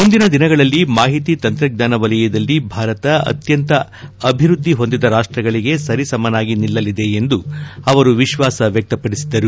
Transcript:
ಮುಂದಿನ ದಿನಗಳಲ್ಲಿ ಮಾಹಿತಿ ತಂತ್ರಜ್ಞಾನ ವಲಯದಲ್ಲಿ ಭಾರತ ಅತ್ಯಂತ ಅಭಿವೃದ್ದಿ ಹೊಂದಿದ ರಾಷ್ಸಗಳಗೆ ಸರಿಸಮನಾಗಿ ನಿಲ್ಲಲಿದೆ ಎಂದು ಅವರು ವಿಶ್ವಾಸ ವ್ಯಕ್ತಪಡಿಸಿದರು